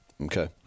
Okay